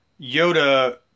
Yoda